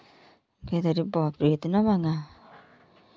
कहते अरे बाप रे इतना महँगा